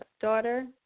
daughter